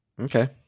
Okay